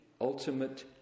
ultimate